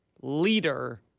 leader